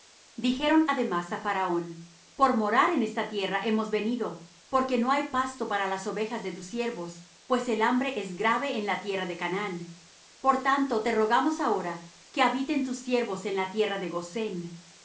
dijeron además á faraón por morar en esta tierra hemos venido porque no hay pasto para las ovejas de tus siervos pues el hambre es grave en la tierra de canaán por tanto te rogamos ahora que habiten tus siervos en la tierra de gosén